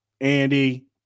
Andy